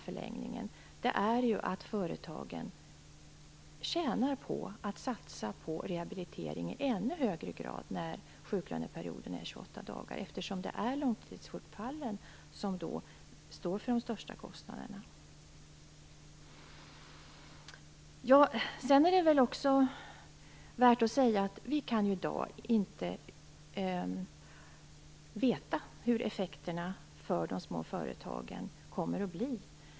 Företagen tjänar också i ännu högre grad på att satsa på rehabilitering när sjuklöneperioden är 28 dagar, eftersom det är långtidssjukfallen som står för de största kostnaderna. Vi kan i dag inte veta vilka effekterna för de små företagen kommer att bli.